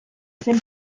zen